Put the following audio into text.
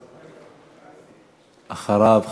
ואחריו,